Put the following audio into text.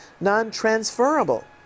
non-transferable